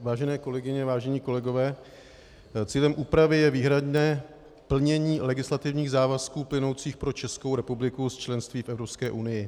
Vážené kolegyně, vážení kolegové, cílem úpravy je výhradně plnění legislativních závazků plynoucích pro Českou republiku z členství v Evropské unie.